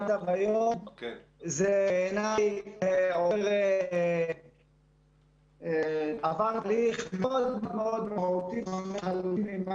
הצבאי כדי להזין אלא יוכלו להזין אותה